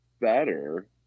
better